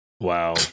Wow